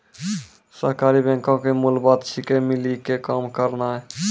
सहकारी बैंको के मूल बात छिकै, मिली के काम करनाय